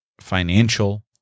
financial